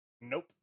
nope